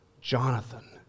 Jonathan